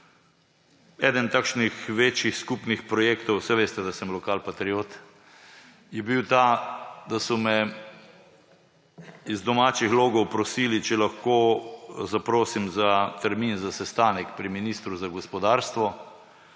Eden takšnih večjih skupnih projektov – saj veste, da sem lokalpatriot ‒, je bil ta, da so me iz domačih logov prosili, če lahko zaprosim za termin za sestanek pri ministru za gospodarstvo.